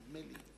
נדמה לי.